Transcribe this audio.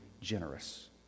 generous